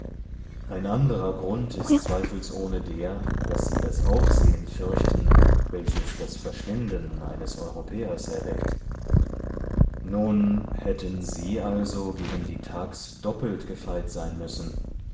ein anderer grund ist zweifelsohne der daß sie das aufsehen fürchten welches das verschwinden eines europäers erweckt nun hätten sie also gegen die thags doppelt gefeit sein müssen